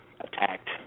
attacked